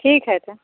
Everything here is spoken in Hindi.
ठीक है तब